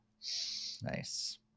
Nice